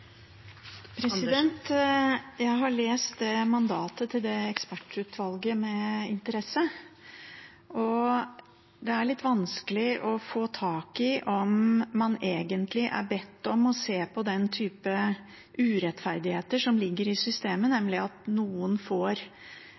litt vanskelig å få tak i om man egentlig er bedt om å se på den type urettferdigheter som ligger i systemet, nemlig at noen får